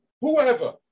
whoever